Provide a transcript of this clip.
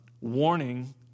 warning